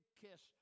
kiss